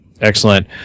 Excellent